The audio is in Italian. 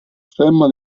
stemma